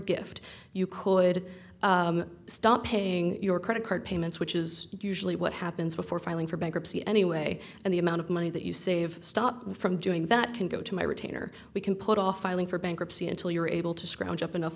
gift you could stop paying your credit card payments which is usually what happens before filing for bankruptcy anyway and the amount of money that you save stopped from doing that can go to my retainer we can put off filing for bankruptcy until you're able to scrounge up enough